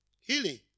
Healing